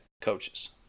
coaches